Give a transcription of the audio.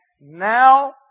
now